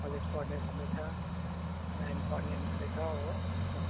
college पढ्ने भन्दैछ nine पढ्ने भन्दैछ हो